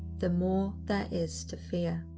the more there is to fear.